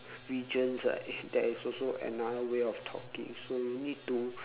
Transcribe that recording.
regions like there is also another way of talking so you need to